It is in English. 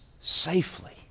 safely